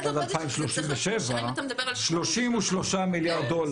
33 מיליארד דולר.